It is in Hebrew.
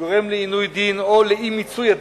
גורם לעינוי דין או לאי-מיצוי הדין,